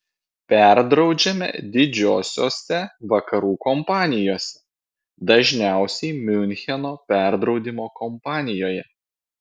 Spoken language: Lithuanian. perdraudžiame didžiosiose vakarų kompanijose dažniausiai miuncheno perdraudimo kompanijoje